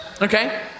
Okay